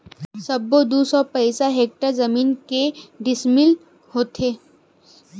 सबो दू सौ पचास हेक्टेयर जमीन के डिसमिल होथे?